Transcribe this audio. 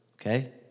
okay